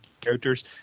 characters